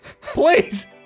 Please